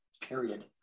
period